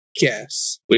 Yes